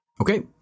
Okay